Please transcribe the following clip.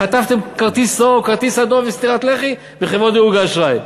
חטפתם כרטיס צהוב וכרטיס אדום וסטירת לחי מחברות דירוג האשראי.